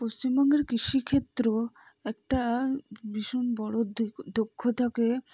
পশ্চিমবঙ্গের কৃষিরক্ষেত্র একটা ভীষণ বড়ো দক্ষতাকে